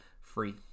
free